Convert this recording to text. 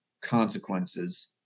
consequences